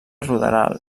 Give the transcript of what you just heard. ruderal